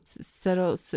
settle